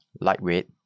Lightweight